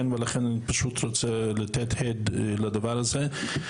כן, ולכן אני פשוט רוצה לתת הד לדבר הזה.